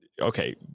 okay